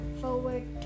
forward